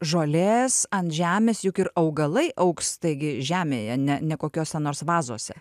žolės ant žemės juk ir augalai augs taigi žemėje ne ne kokiose nors vazose